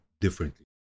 differently